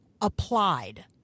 applied